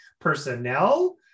personnel